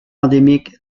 endémique